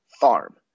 farm